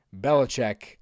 Belichick